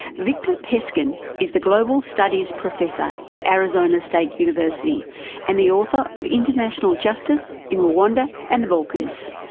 victor peskin is the global studies professor at arizona state university and the author of international justice in rwanda and the balkans.